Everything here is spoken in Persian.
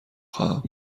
خواهم